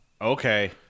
Okay